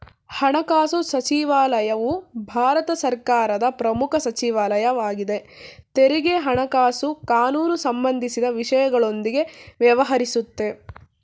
ಹಣಕಾಸುಸಚಿವಾಲಯವು ಭಾರತ ಸರ್ಕಾರದ ಪ್ರಮುಖ ಸಚಿವಾಲಯ ವಾಗಿದೆ ತೆರಿಗೆ ಹಣಕಾಸು ಕಾನೂನುಸಂಬಂಧಿಸಿದ ವಿಷಯಗಳೊಂದಿಗೆ ವ್ಯವಹರಿಸುತ್ತೆ